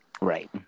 Right